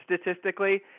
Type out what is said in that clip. statistically